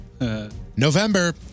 November